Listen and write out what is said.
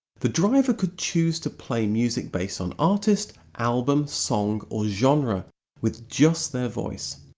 the driver could choose to play music based on artist, album, song or genre with just their voice.